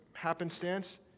happenstance